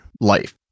life